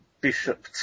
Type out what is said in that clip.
Bishop